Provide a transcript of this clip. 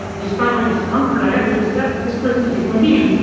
despite my discomfort, i had to accept this person as a human being. and